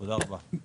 תודה רבה.